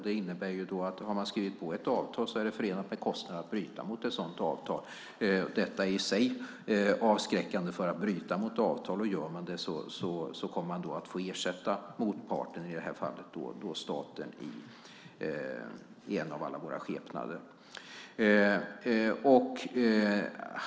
Det innebär att om man har skrivit på ett avtal är det förenat med kostnader att bryta mot det. Detta är i sig avskräckande från att bryta mot avtal. Om man gör det kommer man att få ersätta motparten, i det här fallet staten i en av alla dess skepnader.